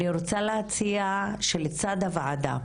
אני רוצה להציע שלצד הוועדה,